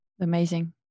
Amazing